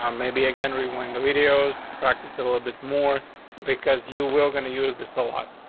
um maybe again, we win the videos, practice a little bit more because you will going to use this a lot